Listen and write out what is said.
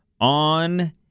on